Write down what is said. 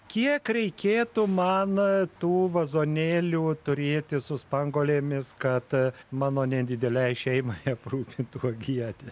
kiek reikėtų man tų vazonėlių turėti su spanguolėmis kad mano nedidelei šeimai aprūpintų uogiene